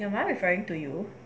your mum referring to you